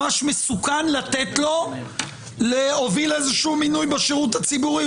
ממש מסוכן לתת לו להוביל מינוי בשירות הציבורי,